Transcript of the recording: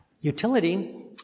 Utility